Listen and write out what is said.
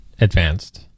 advanced